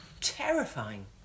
terrifying